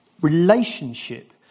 relationship